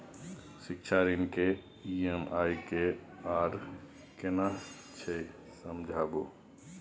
शिक्षा ऋण के ई.एम.आई की आर केना छै समझाबू?